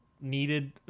needed